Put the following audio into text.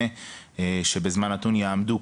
בזמן נתון יעמדו